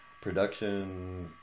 production